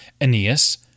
Aeneas